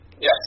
Yes